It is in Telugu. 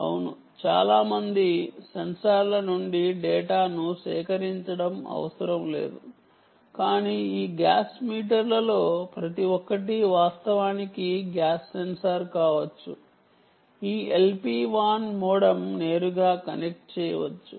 అవును చాలా మంది సెన్సార్ల నుండి డేటాను సేకరించడం అవసరం లేదు కానీ ఈ గ్యాస్ మీటర్లలో ప్రతి ఒక్కటి వాస్తవానికి గ్యాస్ సెన్సార్ కావచ్చు ఈ LPWAN మోడెమ్ నేరుగా కనెక్ట్ చేయవచ్చు